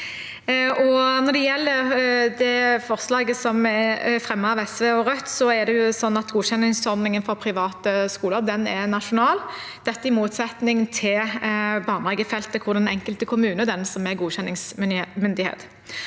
Når det gjelder det forslaget som er fremmet av SV og Rødt, er det sånn at godkjenningsordningen for private skoler er nasjonal, i motsetning til på barnehagefeltet, hvor den enkelte kommune er godkjenningsmyndighet.